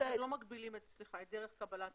אתם לא מגבילים את דרך הקבלה.